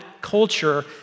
culture